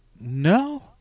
No